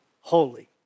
holy